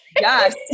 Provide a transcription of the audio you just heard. Yes